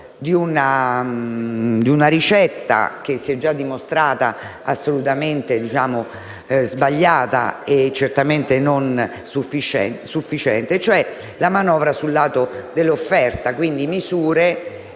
di una ricetta che si è già dimostrata assolutamente sbagliata e certamente non sufficiente, cioè la manovra sul lato dell'offerta, con misure